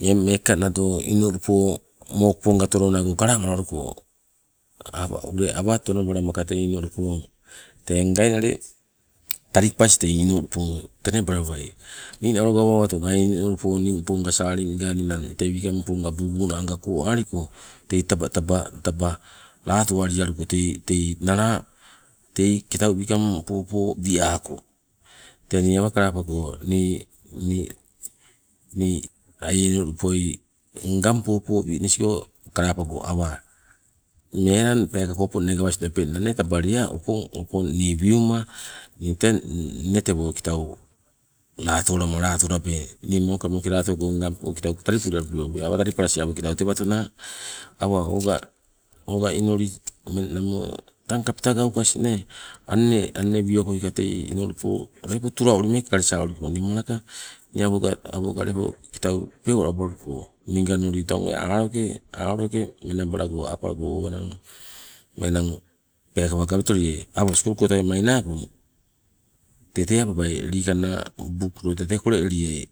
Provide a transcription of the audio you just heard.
Nii eng meekeka nado inulupo mopokonga otolonago kalamalawaluko apama ule awa tonobalamaka tei inulupo ka ingainale talipas tei inulupo tonobalabai. Ninawalo awa owatung ai inulupo ningponga salinga ninang tei wikangponga bubu nanga koaliko tei taba taba lato walialuko tei nala tei kitau wikang popo wi'ako, tee ni awa kalapango nii aie inulupoi ngang popo winisgo kalapago awa opong melang peekala okopo inne gawastopengna nee taba lea opong nii wiuma, teng inne tewo kitau lato alama lato alabe ni mokamoke latogo ngangpo kitau talipulialupe ule ni nai awa talipasie awo kitau tewatona. Awa oga inuli tang kapta gaukas nee, anne, anne wiokoika tei inulupo lepo tula uli meeke kalesa aloko ni malaka, awoga kitau lepo peu alabaluko ni ngang inuli tee aloke menabalago apalago o enang peekaba gawelitoliai, awa skul goi tai mainako tete apalabai likanna buk te kole eliai,